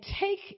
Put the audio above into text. take